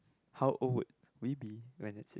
how old we be when it says